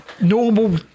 normal